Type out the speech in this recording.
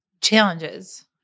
challenges